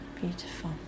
beautiful